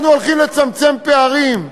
אנחנו הולכים לצמצם פערים,